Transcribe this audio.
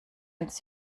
uns